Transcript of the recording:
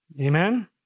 Amen